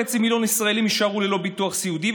3.5 מיליון ישראלים יישארו ללא ביטוח סיעודי,